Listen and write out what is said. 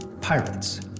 pirates